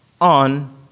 on